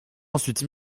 ensuite